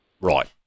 Right